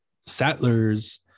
settlers